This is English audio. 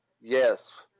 yes